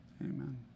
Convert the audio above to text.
Amen